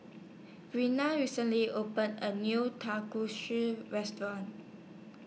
Breana recently opened A New Restaurant